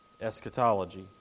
eschatology